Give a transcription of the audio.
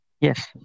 Yes